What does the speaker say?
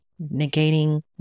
negating